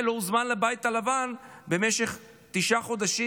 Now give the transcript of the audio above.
לא הוזמן לבית הלבן במשך תשעה חודשים,